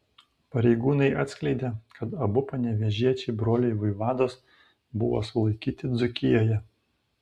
pareigūnai atskleidė kad abu panevėžiečiai broliai vaivados buvo sulaikyti dzūkijoje